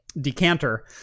decanter